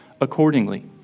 accordingly